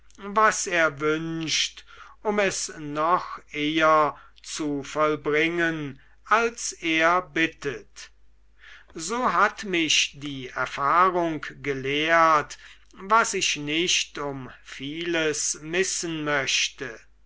was er wünscht um es noch eher zu vollbringen als er bittet so hat mich die erfahrung gelehrt was ich nicht um vieles missen möchte